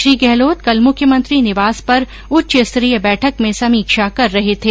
श्री गहलोत कल मुख्यमंत्री निवास पर उच्चस्तरीय बैठक में समीक्षा कर रहे थे